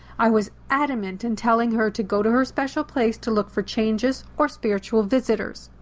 i was adamant in telling her to go to her special place to look for changes or spiritual visitors.